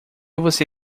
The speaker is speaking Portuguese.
você